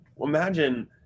imagine